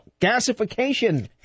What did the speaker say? gasification